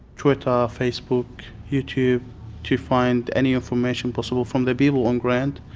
twitter, facebook, youtube to find any information possible from the people on ground,